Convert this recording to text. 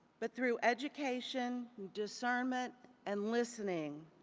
but through education discern meant and listening,